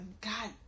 God